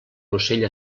ocell